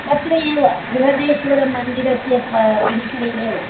तत्र एव बृहदेश्वरमन्दिरस्य पा परिसरे एव